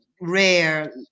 rare